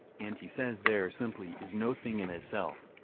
and he says there simply is no thing in itself.